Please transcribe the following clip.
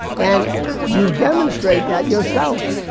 and you demonstrate that yourself.